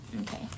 Okay